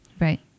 Right